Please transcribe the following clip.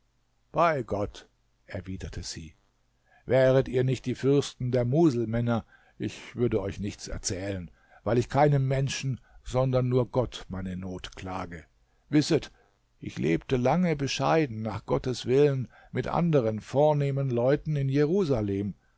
bei gott erwiderte sie wäret ihr nicht die fürsten der muselmänner ich würde euch nichts erzählen weil ich keinem menschen sondern nur gott meine not klage wisset ich lebte lange bescheiden nach gottes willen mit anderen vornehmen leuten in jerusalem